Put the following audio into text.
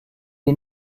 est